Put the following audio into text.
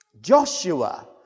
Joshua